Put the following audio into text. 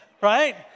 Right